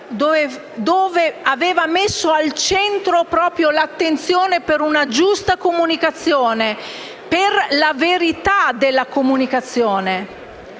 dove aveva posto al centro l'attenzione per una giusta comunicazione e per la verità della comunicazione.